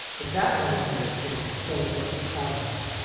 but that military skill was still a work in progress.